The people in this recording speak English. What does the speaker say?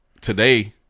Today